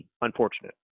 unfortunate